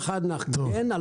יש